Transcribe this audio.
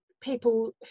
people